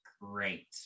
great